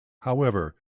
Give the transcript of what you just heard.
however